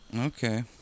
Okay